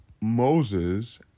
Moses